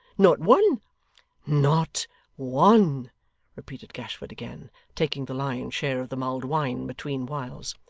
not one not one repeated gashford again taking the lion's share of the mulled wine between whiles.